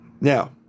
Now